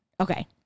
Okay